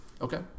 Okay